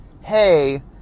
hey